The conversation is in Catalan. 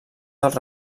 dels